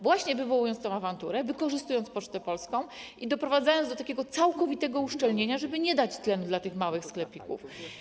Właśnie wywołując tę awanturę, wykorzystując Pocztę Polską i doprowadzając do takiego całkowitego uszczelnienia, żeby nie dać tlenu tym małym sklepikom.